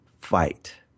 fight